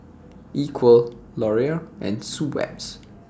Equal Laurier and Schweppes